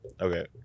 Okay